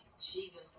Jesus